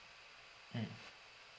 mm